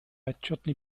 отчетный